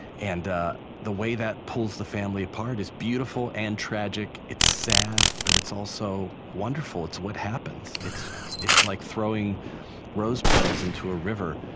and the way that pulls the family apart is beautiful and tragic. it's sad, but it's also wonderful. it's what happens. it's it's like throwing rose petals into a river.